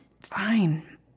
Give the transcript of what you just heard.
Fine